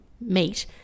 meat